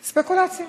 ספקולציה.